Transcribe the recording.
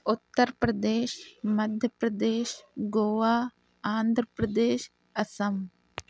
Uttar Pradesh Madhya Pradesh Goa Andhra Pradesh Assam